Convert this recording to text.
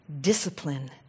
discipline